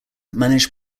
managed